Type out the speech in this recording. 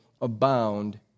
abound